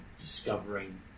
discovering